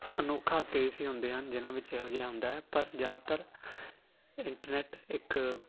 ਅਨੋਖਾ ਕੇਸ ਹੀ ਹੁੰਦੇ ਹਨ ਜਿਹਨਾਂ ਵਿੱਚ ਇਹੋ ਜਿਹਾ ਹੁੰਦਾ ਪਰ ਜ਼ਿਆਦਾਤਰ ਇੰਟਰਨੈਟ ਇੱਕ